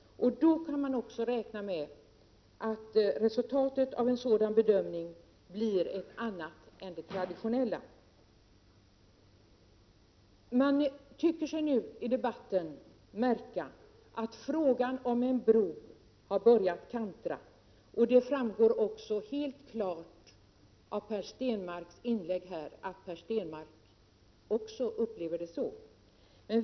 Då kan man också räkna med att resultatet av en sådan bedömning blir ett annat än det traditionella. I debatten kan man nu märka att frågan om en bro har börjat kantra. Det framgår också helt klart av Per Stenmarcks inlägg att Per Stenmarck också upplever det så.